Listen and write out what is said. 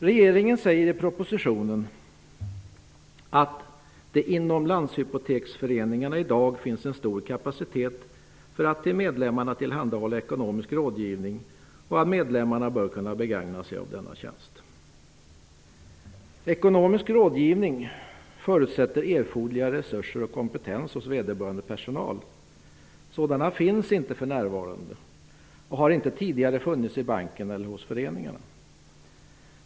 Regeringen säger i propositionen att det inom landshypoteksföreningarna i dag finns en stor kapacitet för att till medlemmarna tillhandahålla ekonomisk rådgivning och att medlemmarna bör kunna begagna sig av denna tjänst. Ekonomisk rådgivning förutsätter erforderliga resurser och kompetens hos vederbörande personal. Sådana finns inte för närvarande och har inte tidigare funnits i banken eller hos föreningarna.